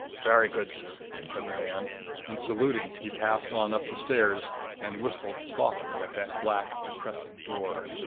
very good, sir, said the man and, saluting, he passed on up the stairs and whistled softly at that black depressing door.